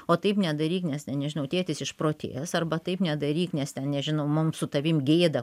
o taip nedaryk nes ten nežinau tėtis išprotės arba taip nedaryk nes ten nežinau mum su tavim gėda